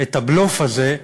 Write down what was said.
את הבלוף הזה,